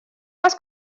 нас